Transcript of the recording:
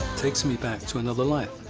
takes me back to another life.